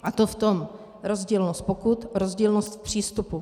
A to v tom rozdílnost pokut, rozdílnost v přístupu.